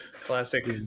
Classic